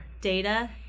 data